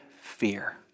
fear